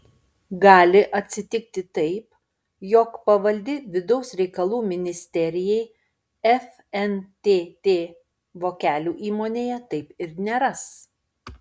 gali atsitikti taip jog pavaldi vidaus reikalų ministerijai fntt vokelių įmonėje taip ir neras